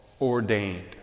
ordained